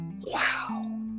wow